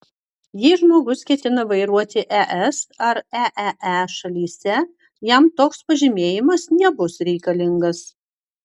jei žmogus ketina vairuoti es ar eee šalyse jam toks pažymėjimas nebus reikalingas